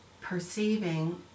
perceiving